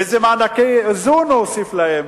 איזה מענקי איזון הוא הוסיף להם,